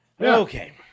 Okay